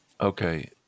Okay